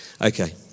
Okay